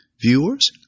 Viewers